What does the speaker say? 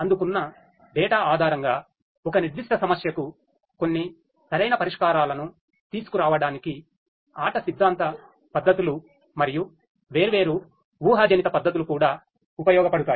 అందుకున్న డేటా ఆధారంగా ఒక నిర్దిష్ట సమస్యకు కొన్ని సరైన పరిష్కారాలను తీసుకురావడానికి ఆట సిద్ధాంత పద్ధతులు మరియు వేర్వేరు ఊహాజనిత పద్ధతులు కూడా ఉపయోగపడతాయి